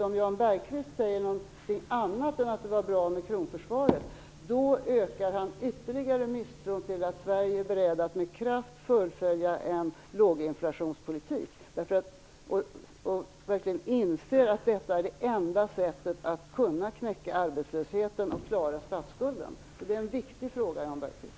Om Jan Bergqvist säger någonting annat än att det var bra med kronförsvaret ökar han ytterligare misstron till att Sverige är berett att med kraft fullfölja en låginflationspolitik och att man verkligen inser att detta är det enda sättet att kunna knäcka arbetslösheten och klara statsskulden. Det är en viktig fråga, Jan Bergqvist.